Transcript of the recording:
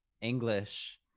English